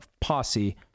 posse